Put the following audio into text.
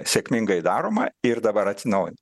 sėkmingai daroma ir dabar atsinaujina